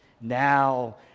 now